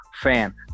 fan